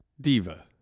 Diva